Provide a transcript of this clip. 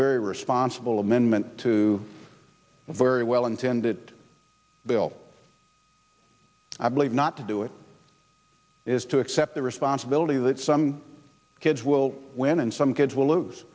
very responsible amendment to a very well intended bill i believe not to do it is to accept the responsibility that some kids will win and some kids will lose